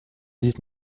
dix